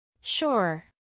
Sure